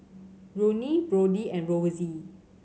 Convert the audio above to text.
Ronnie Brodie and Rosy